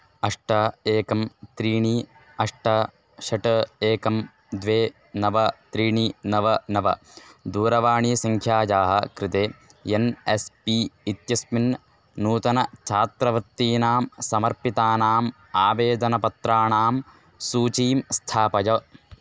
अष्ट एकं त्रीणि अष्ट षट् एकं द्वे नव त्रीणि नव नव दूरवाणीसङ्ख्यायाः कृते एन् एस् पी इत्यस्मिन् नूतनछात्रवृत्तीनां समर्पितानाम् आवेदनपत्राणां सूचीं स्थापय